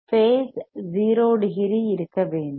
base 0 degree இருக்க வேண்டும்